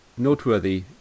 noteworthy